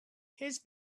his